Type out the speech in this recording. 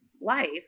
life